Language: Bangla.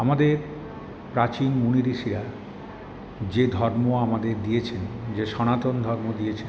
আমাদের প্রাচীন মুনি ঋষিরা যে ধর্ম আমাদের দিয়েছেন যে সনাতন ধর্ম দিয়েছেন